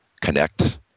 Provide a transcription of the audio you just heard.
connect